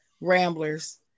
Ramblers